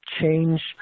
change